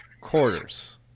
quarters